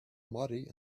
muddy